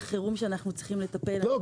וחירום שאנחנו צריכים לטפל בו --- לא,